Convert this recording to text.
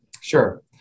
Sure